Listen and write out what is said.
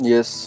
Yes